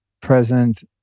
present